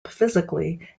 physically